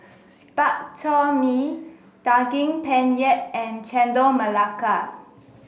Bak Chor Mee Daging Penyet and Chendol Melaka